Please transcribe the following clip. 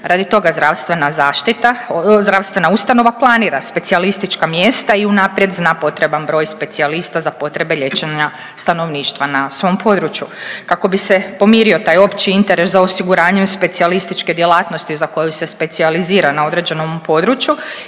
zaštita, zdravstvena ustanova planira specijalistička mjesta i unaprijed zna potreban broj specijalista za potrebe liječenja stanovništva na svom području. Kako bi se pomirio taj opći interes za osiguranjem specijalističke djelatnosti za koju se specijalizira na određenom području